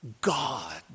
God